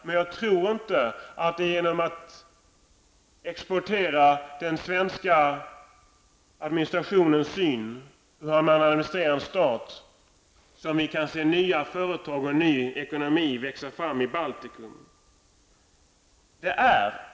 Men jag tror inte att det är genom att exportera den svenska administrationens syn på hur en stat administreras som vi kan se nya företag och ny ekonomi växa fram i Baltikum.